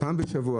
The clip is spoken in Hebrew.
מחיר